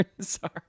Sorry